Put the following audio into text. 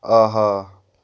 آہا